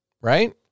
right